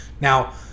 Now